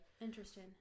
interesting